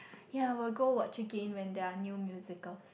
yea will go watch again when there are new musicals